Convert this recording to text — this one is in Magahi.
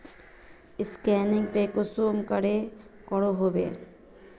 स्कैनिंग पे कुंसम करे करो होबे?